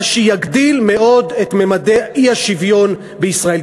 מה שיגדיל מאוד את ממדי האי-שוויון בישראל.